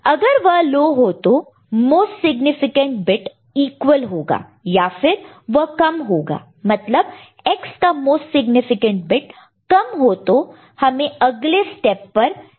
अगर वह लो हो तो मोस्ट सिग्निफिकेंट बिट इक्वल होगा या फिर वह कम होगा मतलब X का मोस्ट सिग्निफिकेंट बिट कम हो तो हमें अगले स्टेप पर जाना होगा